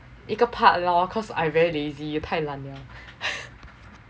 一个 part lor cause I very lazy 太懒了